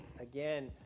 again